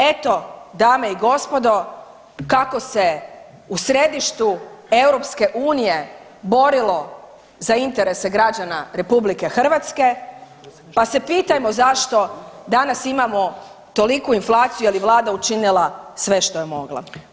Eto, dame i gospodo, kako se u središtu EU borilo za interese građana RH pa se pitajmo zašto danas imamo toliku inflaciju, je li Vlada učinila sve što je mogla.